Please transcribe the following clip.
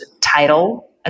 title